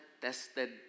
tested